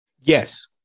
Yes